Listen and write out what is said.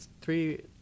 three